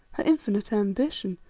her infinite ambition,